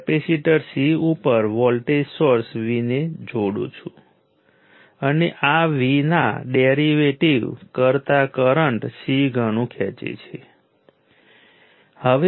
પ્રથમ હું સામાન્ય રીતે પાવર અને એનર્જીની ચર્ચા કરીશ અને પછી આપણે જાણીએ છીએ તે ચોક્કસ એલીમેન્ટ્સમાં શું થાય છે તે જુઓ